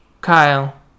Kyle